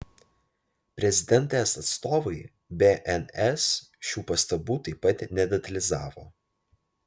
prezidentės atstovai bns šių pastabų taip pat nedetalizavo